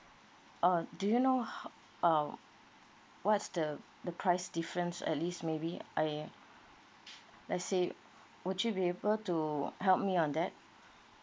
uh do you know um what's the the price difference at least maybe I let's say would you be able to help me on that